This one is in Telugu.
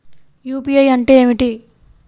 యూ.పీ.ఐ అంటే ఏమిటి?